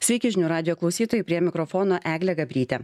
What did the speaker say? sveiki žinių radijo klausytojai prie mikrofono eglė gabrytė